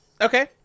Okay